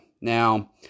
Now